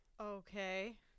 Okay